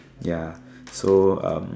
ya so um